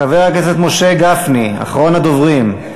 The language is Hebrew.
חבר הכנסת משה גפני, אחרון הדוברים.